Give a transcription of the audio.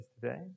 today